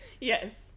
Yes